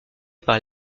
par